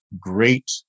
great